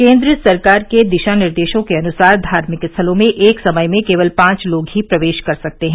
केन्द्र सरकार के दिशा निर्देशों के अनुसार धार्मिक स्थलों में एक समय में केवल पांच लोग ही प्रवेश कर सकते हैं